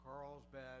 Carlsbad